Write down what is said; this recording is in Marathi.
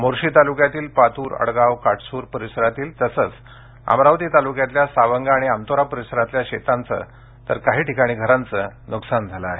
मोर्शी तालुक्यातील पात्र अडगाव काटस्र परिसरातील तसेच अमरावती तालुक्यातल्या सावंगा आणि अंतोरा परिसरातील शेतांचे तर काही ठिकाणी घरांचे नुकसान झाले आहे